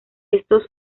estos